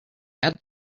add